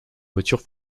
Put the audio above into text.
voiture